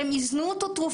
הם אזנו אותו תרופתית.